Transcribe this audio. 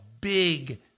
big